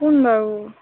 কোন বাৰু